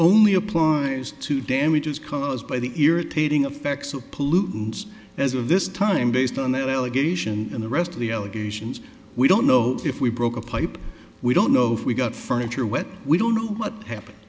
only applies to damages caused by the irritating affects of pollutants as of this time based on an allegation in the rest of the allegations we don't know if we broke a pipe we don't know if we got furniture when we don't know what happen